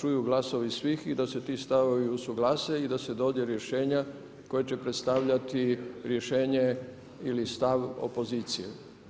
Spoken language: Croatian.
čuju glasovi svih i da se ti stavovi usuglase i da se dođe do rješenja koje će predstavljati rješenje ili stav opozicije.